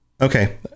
okay